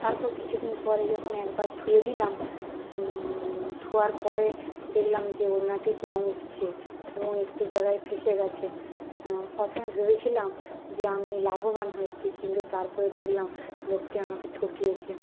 তারপর কিছুদিন পরে যখন একবার ধুয়ে দিলাম ধোয়ার পরে দেখলাম যে ওড়নাটির রঙ উঠছে এবং একটি জায়গায় ফেসে গেছে প্রথমে ভেবেছিলাম যে আমি লাভবান হয়েছি কিন্তু তারপরে দেখলাম লোকটি আমাকে ঠকিয়েছে